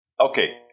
Okay